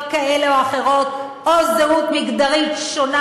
כאלה או אחרות או זהות מגדרית שונה,